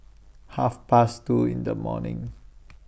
Half Past two in The morning